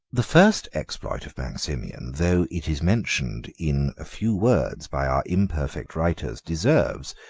the first exploit of maximian, though it is mentioned in a few words by our imperfect writers, deserves,